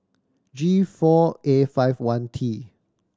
G four A five one T